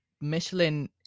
michelin